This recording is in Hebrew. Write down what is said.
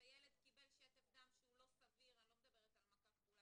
ילד קיבל שטף דם שהוא לא סביר הבדיקה היא